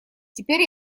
теперь